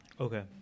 Okay